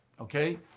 okay